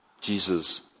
Jesus